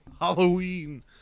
Halloween